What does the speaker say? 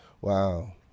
wow